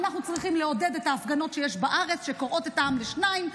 אנחנו צריכים לעודד את ההפגנות שיש בארץ שקורעות את העם לשניים.